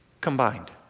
combined